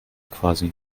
quasi